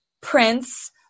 prince